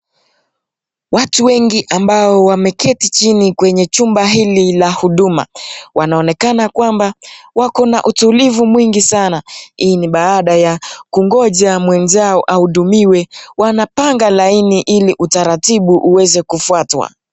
Watu wengi ambao wameketi chini kwenye chumba hili la huduma. Wanaonekana kwamba wako na utulivu mwingi sana hii ni baada ya kungoja mwenzao ahudumiwe ,wanapanga laini ili utaratibu uweze kufuatwa.